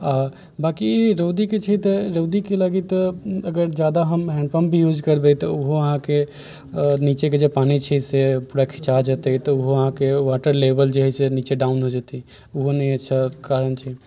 आ बाकी रौदी के छै तऽ रौदी के लागी तऽ अगर जादा हम हैंडपम्प यूज करबै तऽ ओहो अहाँके नीचे के जे पानी छै जैसे पूरा घीचा जेतै तऽ ओहो अहाँके वाटर लेवल जे अय से नीचे डाउन हो जेतै ओहो नहि कारण छै